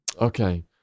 Okay